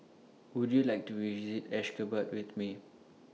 Would YOU like to visit Ashgabat with Me